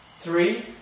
three